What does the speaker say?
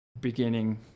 beginning